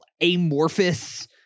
amorphous